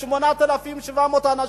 יש 8,700 אנשים,